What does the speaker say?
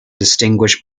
distinguished